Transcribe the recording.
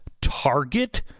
target